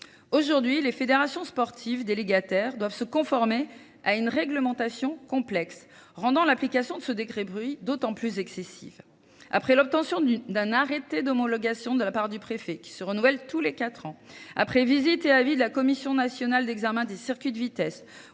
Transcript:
Aujourd'hui, les fédérations sportives délégataires doivent se conformer à une réglementation complexe, rendant l'application de ce décret bruit d'autant plus excessive. Après l'obtention d'un arrêté d'homologation de la part du préfet, qui se renouvelle tous les quatre ans, après visite et avis de la Commission nationale d'examen des circuits de vitesse